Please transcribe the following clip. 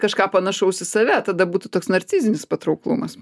kažką panašaus į save tada būtų toks narcizinis patrauklumas